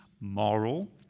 moral